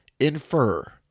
Infer